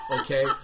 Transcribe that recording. okay